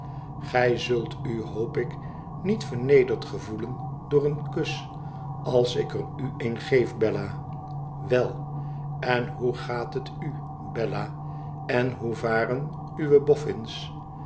gij zult u hoop ik niet vernederd gevoelen door een kus als ik er u een geef bella wel en hoe gaat het u bella en hoe varen uwe